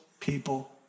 people